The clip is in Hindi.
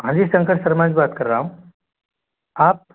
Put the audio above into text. हाँ जी शंकर शर्मा ही बात कर रहा हूँ आप